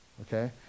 Okay